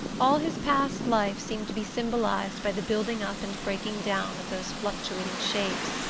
all his past life seemed to be symbolized by the building-up and breaking-down of those fluctuating shapes,